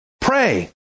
Pray